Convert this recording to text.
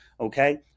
okay